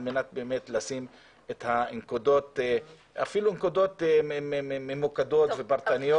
מנת לשים את הנקודות ואפילו נקודות ממוקדות ופרטניות.